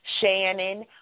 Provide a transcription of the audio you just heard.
Shannon